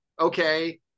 okay